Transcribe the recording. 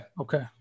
Okay